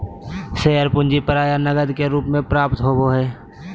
share पूंजी प्राय नकद के रूप में प्राप्त होबो हइ